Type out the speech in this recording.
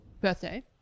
birthday